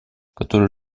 которые